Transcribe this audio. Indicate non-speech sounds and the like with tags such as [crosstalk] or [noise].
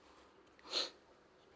[noise]